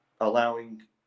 Allowing